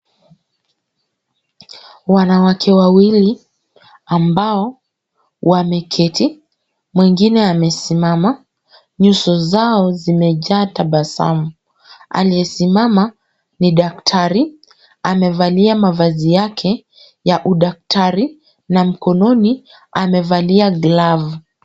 Wanawake wawili ambao wameketi, mwingine amesimama, nyuso zao zimejaa tabasamu. Aliyesimama ni daktari, amevalia mavazi yake ya udaktari, na mkononi amevalia glavu.